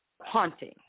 haunting